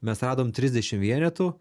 mes radom trisdešim vienetų